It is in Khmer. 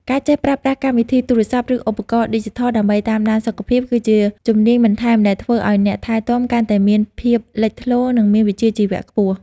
ការចេះប្រើប្រាស់កម្មវិធីទូរស័ព្ទ ឬឧបករណ៍ឌីជីថលដើម្បីតាមដានសុខភាព គឺជាជំនាញបន្ថែមដែលធ្វើឱ្យអ្នកថែទាំកាន់តែមានភាពលេចធ្លោ និងមានវិជ្ជាជីវៈខ្ពស់។